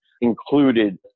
included